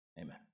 Amen